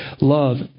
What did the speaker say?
love